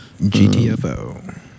GTFO